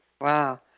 Wow